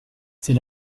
c’est